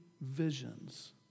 visions